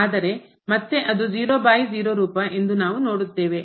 ಆದರೆ ಮತ್ತೆ ಅದು 0 ಬೈ 0 ರೂಪ ಎಂದು ನಾವು ನೋಡುತ್ತೇವೆ